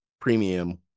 premium